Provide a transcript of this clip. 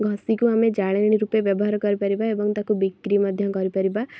ଘଷିକୁ ଆମେ ଜାଳେଣି ରୂପେ ବ୍ୟବହାର କରିପାରିବା ଏବଂ ତାକୁ ବିକ୍ରି ମଧ୍ୟ କରିପାରିବା